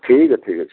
ଠିକ୍ ଅଛି ଠିକ୍ ଅଛି